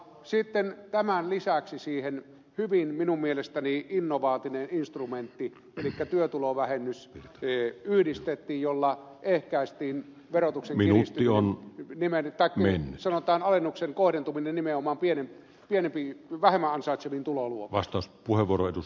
sitten tämän lisäksi siihen yhdistettiin hyvin minun mielestäni innovaatinen instrumentti elikkä työtulovähennys jolla ehkäistiin verotuksen minestron piti merta varmistettiin sanotaan alennuksen kohdentuminen nimenomaan vähemmän ansaitseviin tuloluokkiin